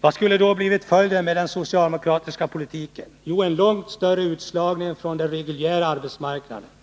Vad skulle då ha blivit följden, om vi haft socialdemokratisk politik? Jo, en långt större utslagning från den reguljära arbetsmarknaden.